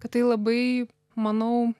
kad tai labai manau